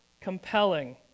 compelling